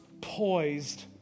poised